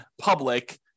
public